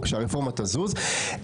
שהרפורמה תזוז,